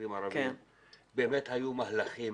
צעירים ערבים, באמת היו מהלכים